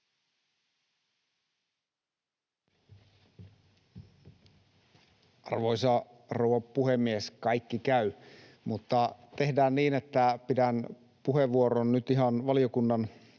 Arvoisa rouva puhemies! Kaikki käy. Mutta tehdään niin, että pidän puheenvuoron nyt ihan valiokunnan